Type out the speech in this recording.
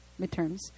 Midterms